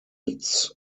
its